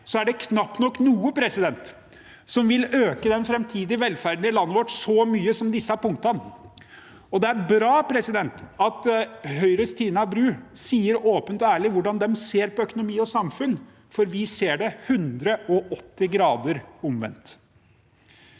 er det knapt nok noe som vil øke den framtidige velferden i landet vårt så mye som disse punktene. Det er bra at Høyres Tina Bru sier åpent og ærlig hvordan de ser på økonomi og samfunn, for vi ser det 180 grader omvendt.